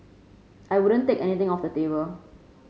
I wouldn't take anything off the table